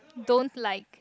don't like